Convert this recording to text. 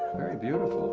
very beautiful.